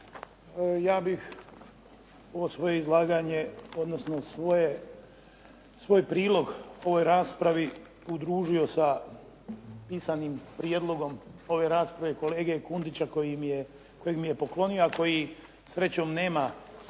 Ja bih ovo svoje izlaganje, odnosno svoj prilog ovoj raspravi udružio sa pisanim prijedlogom ove rasprave kolege Kundića koji mi je poklonio, ako i srećom nema